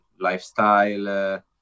lifestyle